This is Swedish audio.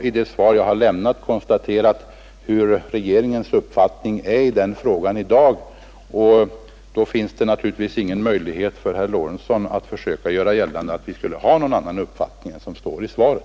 I det svar jag lämnat har jag framlagt regeringens uppfattning i denna sak, och då finns det inte någon möjlighet för herr Lorentzon att försöka göra gällande att vi skulle ha en annan uppfattning än den som står i svaret.